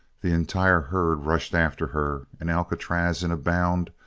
the entire herd rushed after her and alcatraz, in a bound,